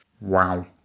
Wow